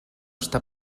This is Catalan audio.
està